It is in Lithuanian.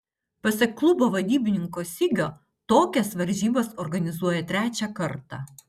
pasak klubo vadybininko sigio tokias varžybas organizuoja trečią kartą